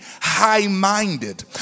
high-minded